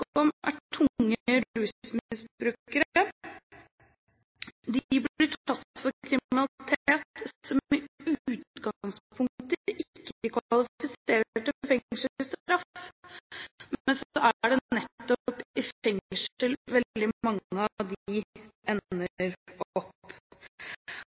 blir tatt for kriminalitet som i utgangspunktet ikke kvalifiserer til fengselsstraff, men så er det nettopp i fengsel veldig mange av